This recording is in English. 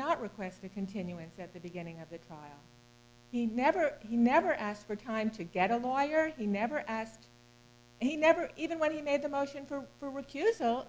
not request a continuance at the beginning of the trial he never he never asked for time to get a lawyer he never asked he never even when he made a motion for the recusal